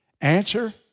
Answer